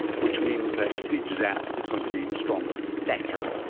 which means that each zap is going to be stronger. that's right.